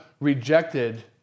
rejected